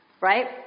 Right